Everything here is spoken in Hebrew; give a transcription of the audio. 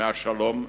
מהשלום והביטחון.